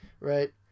Right